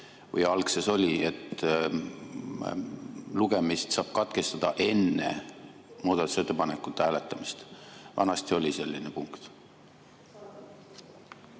või algses oli –, et lugemist saab katkestada enne muudatusettepanekute hääletamist? Vanasti oli selline punkt.